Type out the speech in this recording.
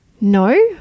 No